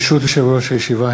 ברשות יושב-ראש הכנסת,